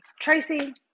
Tracy